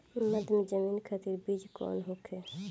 मध्य जमीन खातिर बीज कौन होखे?